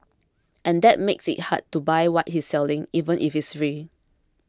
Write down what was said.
and that makes it hard to buy what he's selling even if it's free